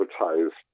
advertise